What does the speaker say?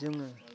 जोङो